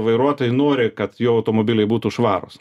vairuotojai nori kad jo automobiliai būtų švarūs